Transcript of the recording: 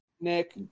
Nick